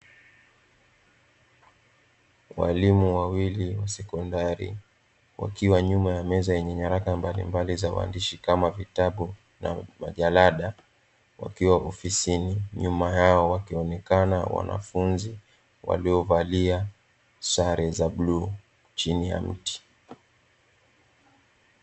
Walimu wawili wa sekondari wakiwa nyuma ya meza yenye nyaraka mbalimbali za maandishi kama vitabu na majarada wakiwa ofisini, nyuma yao wakionekana wanafunzi waliovalia sare za buluu chini ya mti.